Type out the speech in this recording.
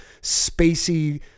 spacey